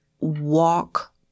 walk